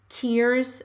tears